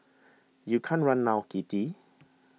you can't run now kitty